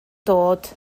dod